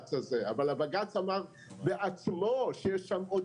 הבג"ץ הזה אבל הבג"ץ אמר בעצמו שיש שם עוד